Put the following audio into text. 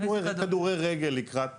כדורי רגל לקראת